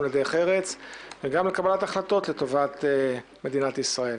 גם לדרך ארץ וגם לקבלת החלטות לטובת מדינת ישראל.